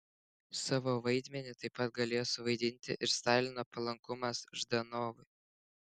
savo vaidmenį taip pat galėjo suvaidinti ir stalino palankumas ždanovui